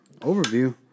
Overview